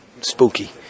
spooky